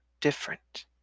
different